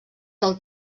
del